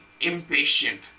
impatient